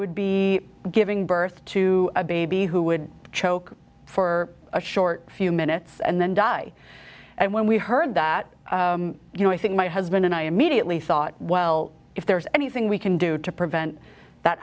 would be giving birth to a baby who would choke for a short few minutes and then die and when we heard that you know i think my husband and i immediately thought well if there's anything we can do to prevent that